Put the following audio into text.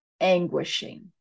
anguishing